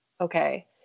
Okay